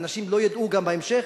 ואנשים לא ידעו גם בהמשך,